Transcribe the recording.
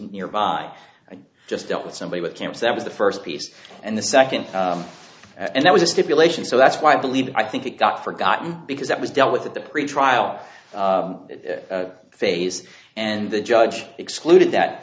nearby and just dealt with somebody with cameras that was the first piece and the second and that was a stipulation so that's why i believe i think it got forgotten because that was dealt with at the pretrial phase and the judge excluded that